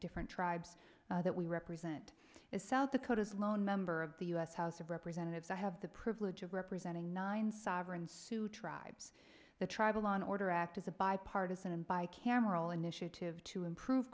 different tribes that we represent as south dakota's lone member of the u s house of representatives i have the privilege of representing nine sovereigns two tribes the tribal law and order act as a bipartisan and by cameral initiative to improve